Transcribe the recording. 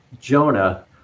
Jonah